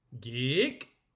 Geek